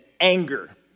anger